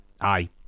aye